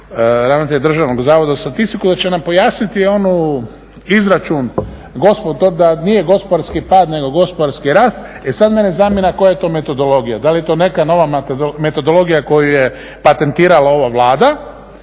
ravnatelj Državnog zavoda za statistiku da će nam pojasniti onu izračun da nije gospodarski pad, nego gospodarski rast. E sad mene zanima koja je to metodologija, da li je to neka nova metodologija koju je patentirala ova Vlada